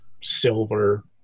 silver